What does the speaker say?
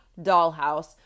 dollhouse